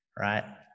right